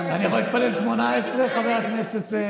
אני יכול להתפלל שמונה עשרה, חבר הכנסת,